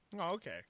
okay